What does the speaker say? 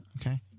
Okay